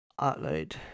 upload